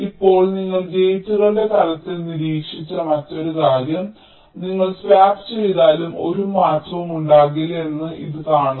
ഇപ്പോൾ നിങ്ങൾ ഗേറ്റുകളുടെ തലത്തിൽ നിരീക്ഷിച്ച മറ്റൊരു കാര്യം നിങ്ങൾ സ്വാപ്പ് ചെയ്താലും ഒരു മാറ്റവും ഉണ്ടാകില്ലെന്ന് ഇത് കാണുന്നു